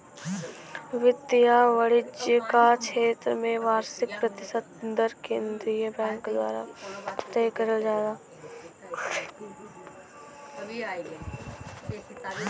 वित्त या वाणिज्य क क्षेत्र में वार्षिक प्रतिशत दर केंद्रीय बैंक द्वारा तय करल जाला